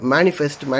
Manifest